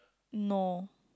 no